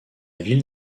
ville